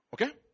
Okay